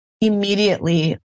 immediately